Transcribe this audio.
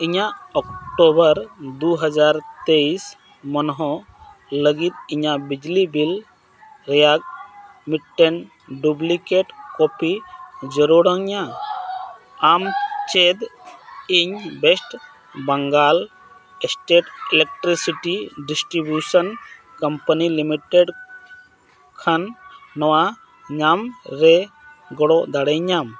ᱤᱧᱟᱹᱜ ᱚᱠᱴᱳᱵᱚᱨ ᱫᱩ ᱦᱟᱡᱟᱨ ᱛᱮᱭᱤᱥ ᱢᱚᱱᱦᱳ ᱞᱟᱹᱜᱤᱫ ᱤᱧᱟᱹᱜ ᱵᱤᱡᱽᱞᱤ ᱵᱤᱞ ᱨᱮᱭᱟᱜ ᱢᱤᱫᱴᱮᱜ ᱰᱩᱜᱽᱞᱤᱠᱮᱴ ᱠᱚᱯᱤ ᱡᱟᱹᱨᱩᱲᱤᱧᱟ ᱟᱢ ᱪᱮᱫ ᱤᱧ West Bengal state electricity distribution company limited ᱠᱷᱟᱱ ᱱᱚᱣᱟ ᱨᱮ ᱜᱚᱲᱚ ᱫᱟᱲᱮᱭᱤᱧᱟ